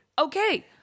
Okay